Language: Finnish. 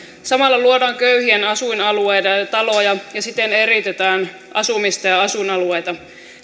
samalla luodaan köyhien asuinalueita ja ja taloja ja siten eriytetään asumista ja asuinalueita